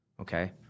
okay